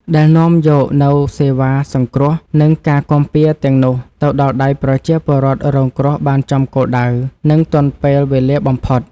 ដែលនាំយកនូវសេវាសង្គ្រោះ និងការគាំពារទាំងនោះទៅដល់ដៃប្រជាពលរដ្ឋរងគ្រោះបានចំគោលដៅ និងទាន់ពេលវេលាបំផុត។